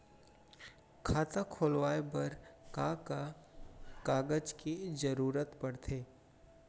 खाता खोलवाये बर का का कागज के जरूरत पड़थे?